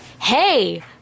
Hey